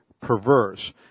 perverse